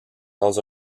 dans